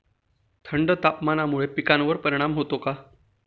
थंड तापमानामुळे पिकांवर परिणाम होतो का?